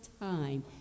time